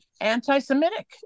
anti-Semitic